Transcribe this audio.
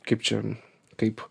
kaip čia kaip